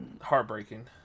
heartbreaking